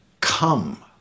come